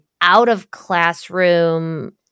out-of-classroom